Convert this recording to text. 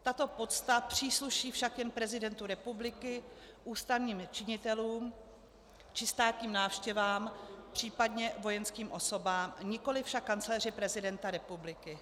Tato pocta přísluší však jen prezidentu republiky, ústavním činitelům či státním návštěvám, případně vojenským osobám, nikoli však kancléři prezidenta republiky.